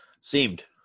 seemed